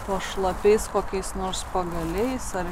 po šlapiais kokiais nors pagaliais ar